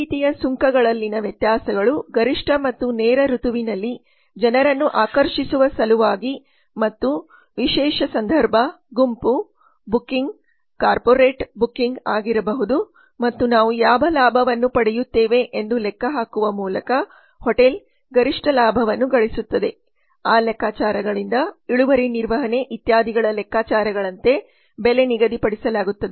ಈ ರೀತಿಯ ಸುಂಕಗಳಲ್ಲಿನ ವ್ಯತ್ಯಾಸಗಳು ಗರಿಷ್ಠ ಮತ್ತು ನೇರ ಋತುವಿನಲ್ಲಿ ಜನರನ್ನು ಆಕರ್ಷಿಸುವ ಸಲುವಾಗಿ ಮತ್ತು ವಿಶೇಷ ಸಂದರ್ಭ ಗುಂಪು ಬುಕಿಂಗ್ ಕಾರ್ಪೊರೇಟ್ ಬುಕಿಂಗ್ ಆಗಿರಬಹುದು ಮತ್ತು ನಾವು ಯಾವ ಲಾಭವನ್ನು ಪಡೆಯುತ್ತೇವೆ ಎಂದು ಲೆಕ್ಕಹಾಕುವ ಮೂಲಕ ಹೋಟೆಲ್ ಗರಿಷ್ಠ ಲಾಭವನ್ನು ಗಳಿಸುತ್ತದೆ ಆ ಲೆಕ್ಕಾಚಾರಗಳಿಂದ ಇಳುವರಿ ನಿರ್ವಹಣೆ ಇತ್ಯಾದಿಗಳ ಲೆಕ್ಕಾಚಾರಗಳಂತೆ ಬೆಲೆ ನಿಗದಿಪಡಿಸಲಾಗುತ್ತದೆ